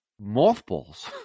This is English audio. Mothballs